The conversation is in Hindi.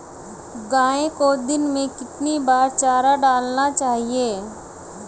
गाय को दिन में कितनी बार चारा डालना चाहिए?